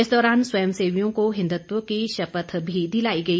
इस दौरान स्वयं सेवियों को हिन्दृत्व की शपथ भी दिलाई गई